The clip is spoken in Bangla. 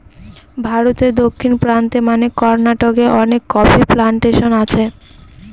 ভারতে দক্ষিণ প্রান্তে মানে কর্নাটকে অনেক কফি প্লানটেশন আছে